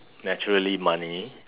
naturally money